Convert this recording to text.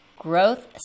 growth